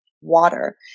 water